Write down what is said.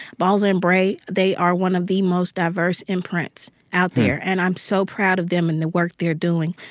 balzer and bray, they are one of the most diverse imprints out there, and i'm so proud of them and the work they're doing.